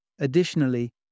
Additionally